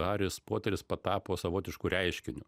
haris poteris patapo savotišku reiškiniu